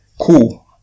Cool